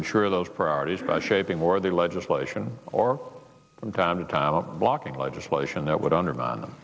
ensure those priorities by shaping more of the legislation or from time to time blocking legislation that would undermine them